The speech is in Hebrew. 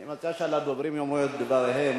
אני מציע שהדוברים יאמרו את דבריהם.